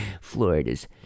Florida's